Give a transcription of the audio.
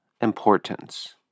importance